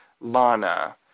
Lana